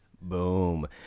Boom